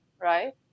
right